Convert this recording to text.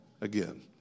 again